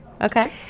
Okay